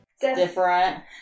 Different